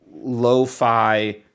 lo-fi